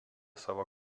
savo